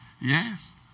yes